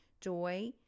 joy